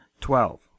twelve